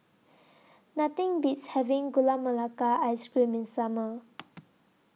Nothing Beats having Gula Melaka Ice Cream in The Summer